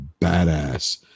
badass